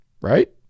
right